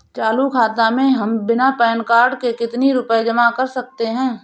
चालू खाता में हम बिना पैन कार्ड के कितनी रूपए जमा कर सकते हैं?